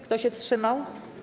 Kto się wstrzymał?